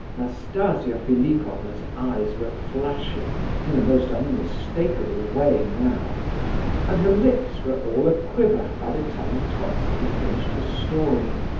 nastasia philipovna's eyes were flashing in a most unmistakable way, now and her lips were all a-quiver by the time totski finished his story.